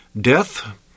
death